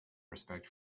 respect